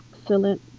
excellent